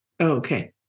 okay